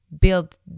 build